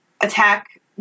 attack